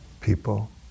people